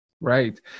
Right